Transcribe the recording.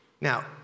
Now